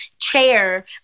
chair